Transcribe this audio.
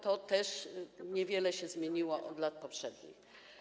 To też niewiele się zmieniło od lat poprzednich.